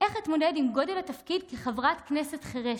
איך אתמודד עם גודל התפקיד כחברת כנסת חירשת: